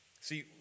See